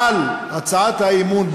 בתגובה על הצעת האי-אמון,